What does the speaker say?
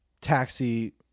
taxi